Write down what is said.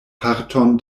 parton